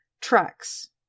tracks